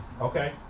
okay